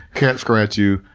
cats scratch you,